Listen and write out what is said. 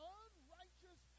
unrighteous